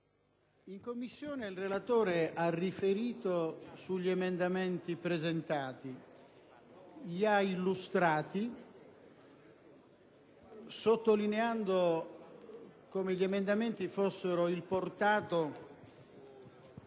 in Commissione sugli emendamenti presentati e li ha illustrati, sottolineando come gli emendamenti fossero il portato